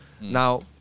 Now